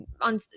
on